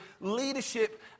leadership